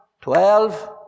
twelve